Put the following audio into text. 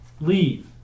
leave